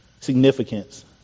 significance